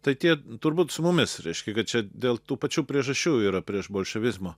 tai tie turbūt su mumis reiškia kad čia dėl tų pačių priežasčių yra prieš bolševizmą